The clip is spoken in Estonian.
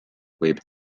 võib